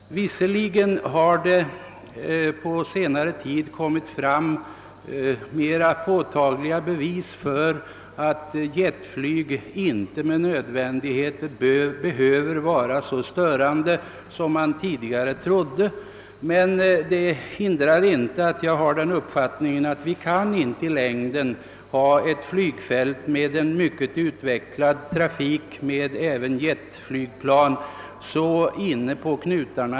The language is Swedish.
Visserligen har det på senare tid kommit fram mer påtagliga bevis för att jetflyg inte med nödvändighet behöver vara så störande som man tidigare trott, men i längden kan vi inte ha ett flygfält med en mycket utvecklad trafik även med jetplan — "så inpå Malmös knutar.